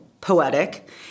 poetic